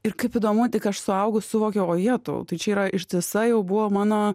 ir kaip įdomu tik aš suaugus suvokiau ojetau tai čia yra ištisa jau buvo mano